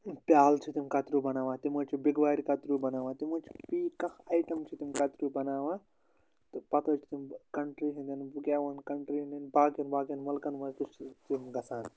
پیٛالہٕ چھِ تِم کَتریو بَناوان تِم حَظ چھِ بِگوارِ کَتریو بَناوان تِم حظ چھِ فی کانٛہہ آیٹَم چھِ تِم کَتریو بَناوان تہٕ پَتہٕ حظ چھِ تِم کَنٹری ہٕنٛدٮ۪ن بُکیَن کَنٹری ہٕنٛدٮین باقیَن باقیَن مُٕلکَن منٛز تہِ چھِ تِم گژھان